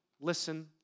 listen